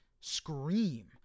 Scream